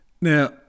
Now